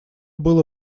было